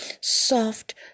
soft